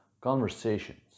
Conversations